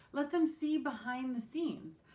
let them see behind the scenes.